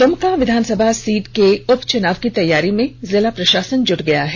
दुमका विधानसभा सीट के उपचुनाव की तैयारी में जिला प्रषासन जुट गया है